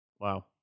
Wow